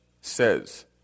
says